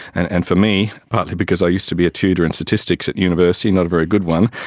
and and for me, partly because i used to be tutor in statistics at university, not a very good one,